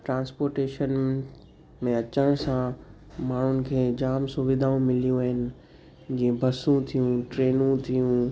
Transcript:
transportation में अचण सां माण्हुनि खे जाम सुविधाऊं मिलियूं आहिनि जीअं बसूं थियूं ट्रेनूं थियूं